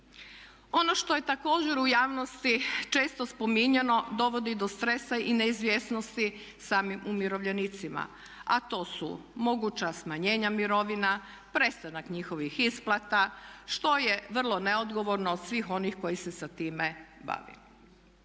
Ono što je također u javnosti često spominjano dovodi do stresa i neizvjesnosti samim umirovljenicima, a to su moguća smanjenja mirovina, prestanak njihovih isplata što je vrlo neodgovorno od svih onih koji se sa time bavi.